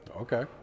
Okay